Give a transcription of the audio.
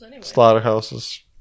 slaughterhouses